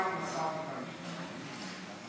הינה, מסרתי את המכתב און-ליין.